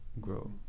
grow